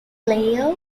player